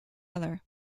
other